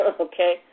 Okay